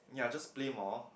ya just play more